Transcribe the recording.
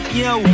yo